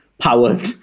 powered